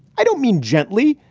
i don't mean gently.